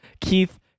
Keith